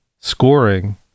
scoring